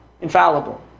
infallible